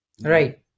right